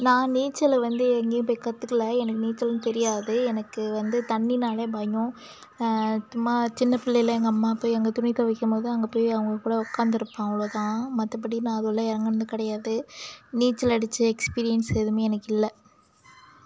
நான் நீச்சலை வந்து எங்கேயும் போய் கற்றுக்கல எனக்கு நீச்சலும் தெரியாது எனக்கு வந்து தண்ணினாலே பயம் சும்மா சின்ன பிள்ளையில் எங்கள் அம்மா போய் அங்கே துணி துவைக்கும் போது அங்கே போய் அவங்க கூட உட்காந்து இருப்பேன் அவ்ளோக தான் மற்றபடி நான் அது உள்ளே இறங்குனது கிடையாது நீச்சல் அடிச்ச எக்ஸ்பீரியன்ஸ் எதுவுமே எனக்கு இல்லை